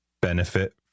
benefit